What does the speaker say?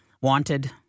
wanted